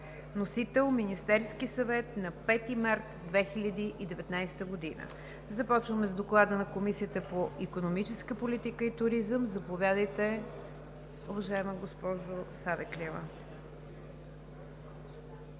Вносител е Министерският съвет на 5 март 2019 г. Започваме с Доклада на Комисията по икономическа политика и туризъм. Заповядайте, уважаема госпожо Савеклиева.